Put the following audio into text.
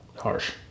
Harsh